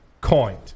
coined